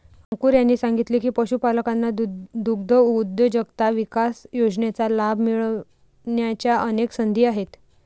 अंकुर यांनी सांगितले की, पशुपालकांना दुग्धउद्योजकता विकास योजनेचा लाभ मिळण्याच्या अनेक संधी आहेत